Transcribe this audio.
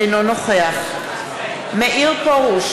אינו נוכח מאיר פרוש,